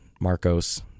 Marcos